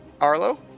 Arlo